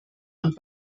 und